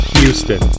Houston